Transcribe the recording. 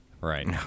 Right